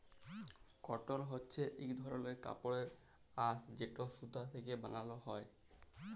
কটল হছে ইক ধরলের কাপড়ের আঁশ যেট সুতা থ্যাকে বালাল হ্যয়